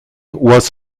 was